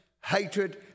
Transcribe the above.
hatred